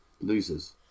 losers